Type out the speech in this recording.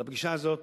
לפגישה הזאת,